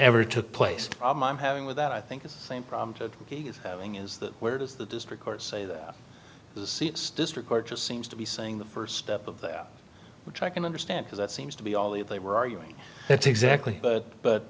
ever took place i'm having with that i think it's the same problem to be having is that where does the district court say that the seats district court just seems to be saying the first step of that which i can understand because it seems to be all the if they were arguing that exactly but